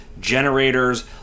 generators